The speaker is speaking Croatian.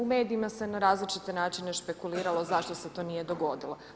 U medijima se na različite načine špekuliralo zašto se to nije dogodilo.